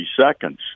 seconds